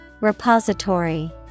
Repository